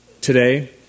Today